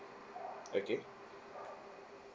okay